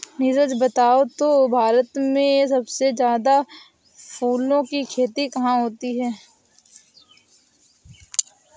नीरज बताओ तो भारत में सबसे ज्यादा फूलों की खेती कहां होती है?